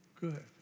Good